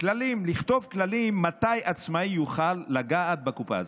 ונכתוב כללים מתי עצמאי יוכל לגעת בקופה הזאת.